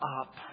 up